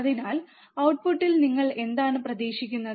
അതിനാൽ ഔട്ട്പുട്ടിൽ നിങ്ങൾ എന്താണ് പ്രതീക്ഷിക്കുന്നത്